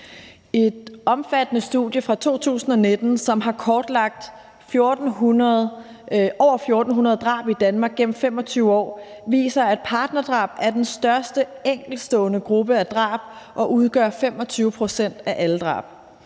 Et omfattende studie fra 2019, som har kortlagt over 1.400 drab i Danmark gennem 25 år, viser, at partnerdrab er den største enkeltstående gruppe af drab, og at den udgør 25 pct. af alle drab.